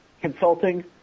consulting